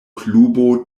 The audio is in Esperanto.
klubo